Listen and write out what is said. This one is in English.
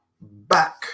Back